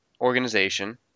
organization